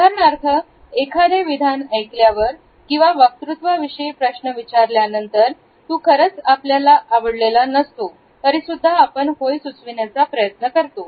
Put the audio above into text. उदाहरणार्थ एखादे विधान ऐकल्यावर किंवा वक्तृत्व विषय प्रश्न विचारल्यानंतर तू खरच आपल्याला आवडलेला नसतो तरीसुद्धा आपण होय असे सुचविण्याचा प्रयत्न करतो